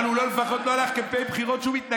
אבל הוא לפחות לא הלך כלפי בחירות שהוא מתנגד.